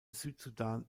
südsudan